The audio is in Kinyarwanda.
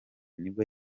nibwo